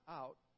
out